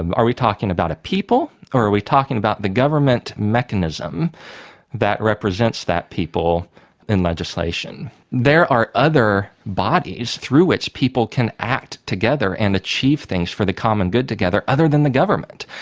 and are we talking about a people or are we talking about the government mechanism that represents that people in legislation? there are other bodies through which people can act together and achieve things for the common good together other than the government.